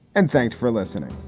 and thanks for listening